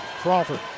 Crawford